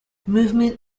movement